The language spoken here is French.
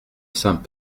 saint